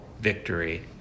victory